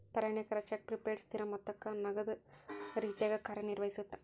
ಪ್ರಯಾಣಿಕರ check prepaid ಸ್ಥಿರ ಮೊತ್ತಕ್ಕ ನಗದ ರೇತ್ಯಾಗ ಕಾರ್ಯನಿರ್ವಹಿಸತ್ತ